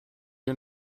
you